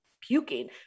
puking